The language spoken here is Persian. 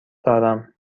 دارم